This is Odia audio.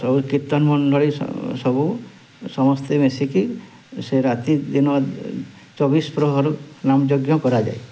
ସବୁ କୀର୍ତ୍ତନ ମଣ୍ଡଳୀ ସବୁ ସମସ୍ତେ ମିଶିକି ସେ ରାତି ଦିନ ଚବିଶ ପ୍ରହର ନାମ ଯଜ୍ଞ କରାଯାଏ